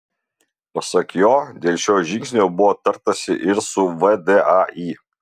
pasak jo dėl šio žingsnio buvo tartasi ir su vdai